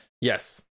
Yes